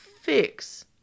fix